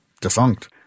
defunct